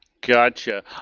Gotcha